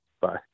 Bye